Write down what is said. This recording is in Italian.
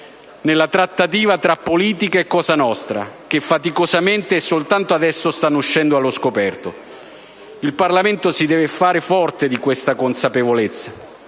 nella trattativa tra politica e cosa nostra che, faticosamente e soltanto adesso, sta uscendo allo scoperto. Il Parlamento si deve fare forte di questa consapevolezza,